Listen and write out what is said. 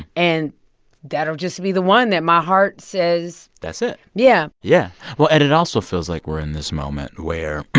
and that'll just be the one that my heart says. that's it yeah yeah well, and it also feels like we're in this moment where